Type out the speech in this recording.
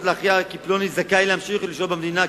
להכריע כי פלוני זכאי להמשיך ולשהות במדינה,